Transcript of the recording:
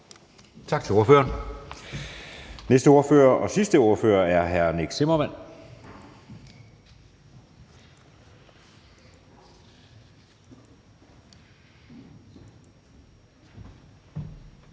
Tak til ordføreren. Den næste – og sidste – ordfører er hr. Nick Zimmermann.